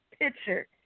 picture